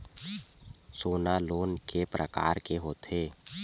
सोना लोन के प्रकार के होथे?